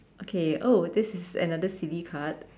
okay oh this is another silly card